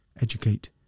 educate